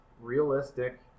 realistic